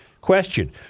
question